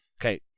Okay